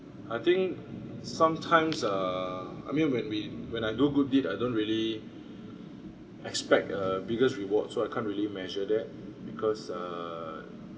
I think sometimes I mean err when we when I do good deed I don't really expect a biggest reward so I can't really measure that because err